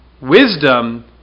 Wisdom